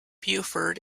beaufort